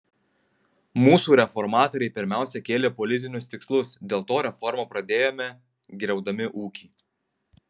mūsų reformatoriai pirmiausia kėlė politinius tikslus dėl to reformą pradėjome griaudami ūkį